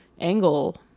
angle